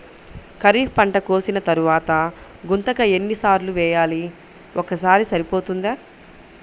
ఖరీఫ్ పంట కోసిన తరువాత గుంతక ఎన్ని సార్లు వేయాలి? ఒక్కసారి సరిపోతుందా?